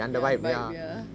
ya vibe ya